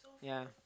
ya